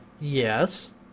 Yes